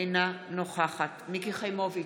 אינה נוכחת מיקי חיימוביץ'